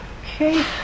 Okay